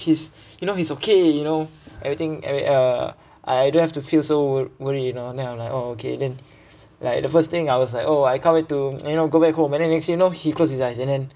he's you know he's okay you know everything ever~ uh I don't have to feel so worried you know then I'm like oh okay then like the first thing I was like oh I can't wait to you know go back home and then next thing you know he closed his eyes and then